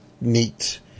neat